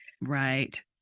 Right